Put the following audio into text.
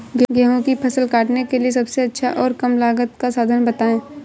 गेहूँ की फसल काटने के लिए सबसे अच्छा और कम लागत का साधन बताएं?